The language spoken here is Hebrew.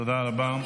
תודה רבה.